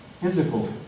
physical